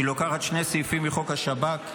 היא לוקחת שני סעיפים מחוק השב"כ,